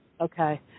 Okay